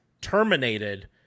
terminated